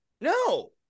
No